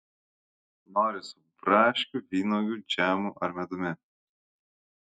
nori su braškių vynuogių džemu ar medumi